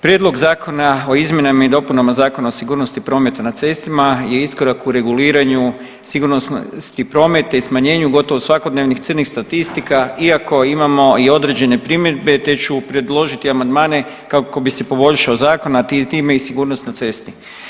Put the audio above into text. Prijedlog zakona o izmjenama i dopunama Zakona o sigurnosti prometa na cestama je iskorak u reguliranju sigurnosti prometa i smanjenju gotovo svakodnevnih crnih statistka iako imamo i određene primjedbe te ću predložiti amandmane kako bi se poboljšao Zakon, a time i sigurnost na cesti.